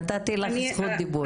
נתתי לך זכות דיבור.